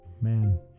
Man